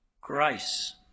grace